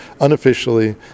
unofficially